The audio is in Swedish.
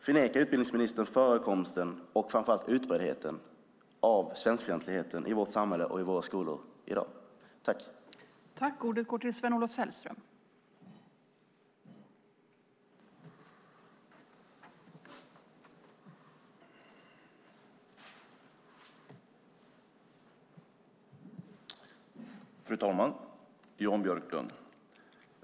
Förnekar utbildningsministern förekomsten och framför allt utbredningen av svenskfientligheten i vårt samhälle och i våra skolor i dag?